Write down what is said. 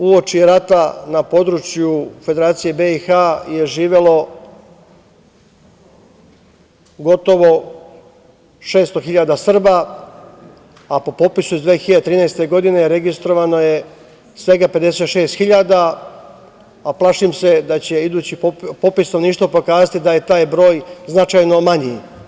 Uoči rata na području Federacije BiH je živelo gotovo 600.000 Srba, a po popisu iz 2013. godine registrovano je svega 56.000, a plašim se da će idući popis stanovništva pokazati da je taj broj značajno manji.